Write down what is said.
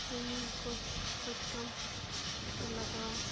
swimming costume ᱠᱚ ᱞᱟᱜᱟᱣᱟ